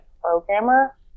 programmer